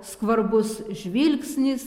skvarbus žvilgsnis